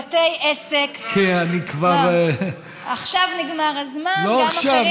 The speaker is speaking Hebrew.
כי אני כבר, עכשיו נגמר הזמן, גם אחרים המשיכו.